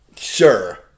Sure